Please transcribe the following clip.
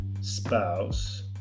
spouse